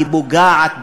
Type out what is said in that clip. היא פוגעת בלמידה.